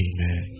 Amen